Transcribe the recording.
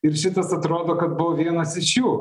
ir šitas atrodo kad buvo vienas iš jų